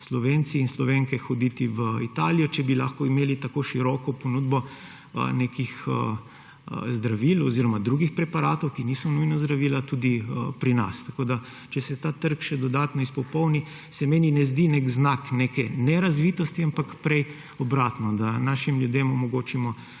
Slovenke in Slovenci hoditi v Italijo, če bi lahko imeli tako široko ponudbo nekih zdravil oziroma drugih preparatov, ki niso nujno zdravila, tudi pri nas. Če se ta trg še dodatno izpopolni, se meni ne zdi neki znak neke nerazvitosti, ampak prej obratno, da našim ljudem omogočimo